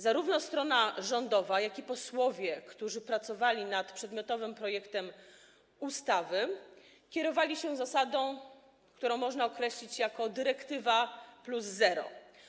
Zarówno strona rządowa, jak i posłowie, którzy pracowali nad przedmiotowym projektem ustawy, kierowali się zasadą, którą można określić jako dyrektywę plus zero.